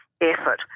effort